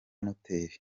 noteri